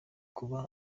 kuba